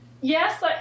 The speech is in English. yes